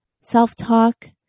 self-talk